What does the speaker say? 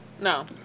No